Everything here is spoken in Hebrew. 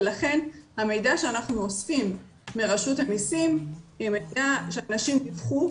ולכן המידע שאנחנו אוספים מרשות המסים הוא ממידע שאנשים דיווחו,